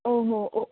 ఓహో ఒక్